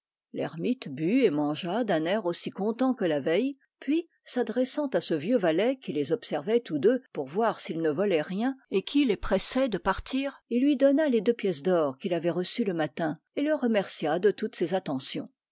l'ermite but et mangea d'un air aussi content que la veille puis s'adressant à ce vieux valet qui les observait tous deux pour voir s'ils ne volaient rien et qui les pressait de partir il lui donna les deux pièces d'or qu'il avait reçues le matin et le remercia de toutes ses attentions